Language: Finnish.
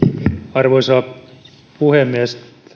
arvoisa puhemies